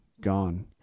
Gone